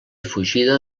fugida